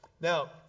Now